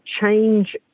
change